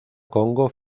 congo